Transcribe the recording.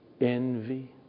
envy